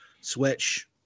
switch